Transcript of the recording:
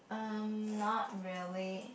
um not really